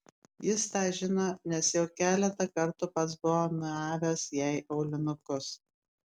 jis tą žino nes jau keletą kartų pats buvo nuavęs jai aulinukus